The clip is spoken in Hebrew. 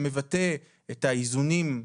שמבטא את האיזונים,